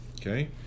Okay